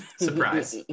surprise